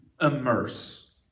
immerse